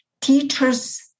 teachers